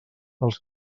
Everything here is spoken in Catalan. els